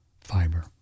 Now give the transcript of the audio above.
fiber